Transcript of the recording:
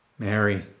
Mary